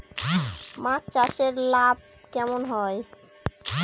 মাছ চাষে লাভ কেমন হয়?